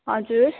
हजुर